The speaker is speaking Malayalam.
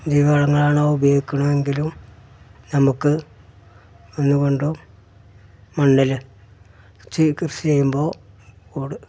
ജൈവ വളങ്ങളാണ് ഉപയോഗിക്കുന്നത് എങ്കിലും നമുക്ക് ഒന്നു കൊണ്ടും മണ്ണിൽ കൃഷി ചെയ്യുമ്പോൾ ഓട്